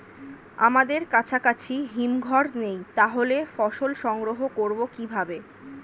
আমাদের কাছাকাছি হিমঘর নেই তাহলে ফসল সংগ্রহ করবো কিভাবে?